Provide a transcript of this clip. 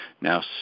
now